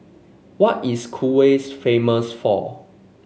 what is Kuwait famous for